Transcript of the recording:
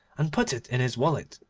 and put it in his wallet,